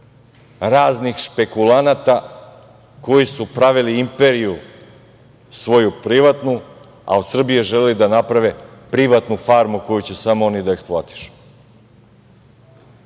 raznih špekulanata koji su pravili svoju privatnu imperiju, a od Srbije želeli da naprave privatnu farmu koju će samo oni da eksploatišu. Zato